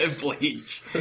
Bleach